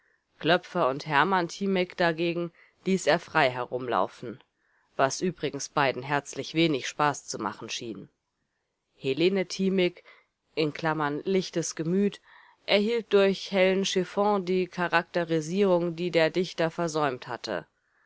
klöpfer und hermann thimig dagegen ließ er frei herumlaufen was übrigens beiden herzlich wenig spaß zu machen schien helene thimig lichtes gemüt erhielt durch hellen chiffon die charakterisierung die der dichter versäumt hatte